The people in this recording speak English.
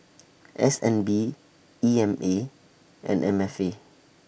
S N B E M A and M F A